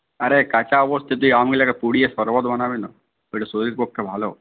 আরে কাঁচা অবস্থায় তুই আমগুলোকে পুড়িয়ে শরবত বানাবিনা ওইটা শরীরের পক্ষে ভালো